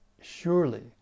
surely